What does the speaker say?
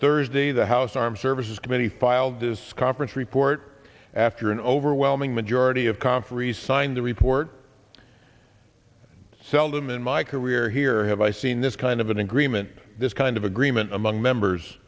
thursday the house armed services committee filed this conference report after an overwhelming majority of conferees signed the report seldom in my career here have i seen this kind of an agreement this kind of agreement among members